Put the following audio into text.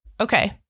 Okay